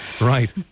Right